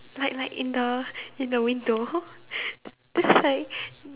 like like in the in the window that's like